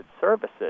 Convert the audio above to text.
services